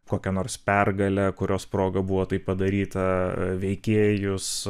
kokią nors pergalę kurios proga buvo tai padaryta veikėjus